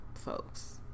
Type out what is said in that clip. Folks